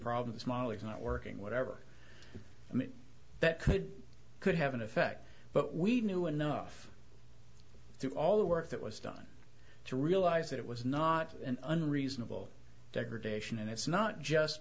problem is molly's not working whatever that could could have an effect but we knew enough through all the work that was done to realize that it was not an unreasonable degradation and it's not just